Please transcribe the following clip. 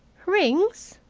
rings?